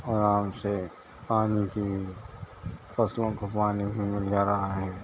آرام سے پانی کی فصلوں کو پانی بھی مل جا رہا ہے